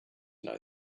know